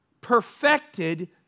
perfected